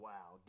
Wow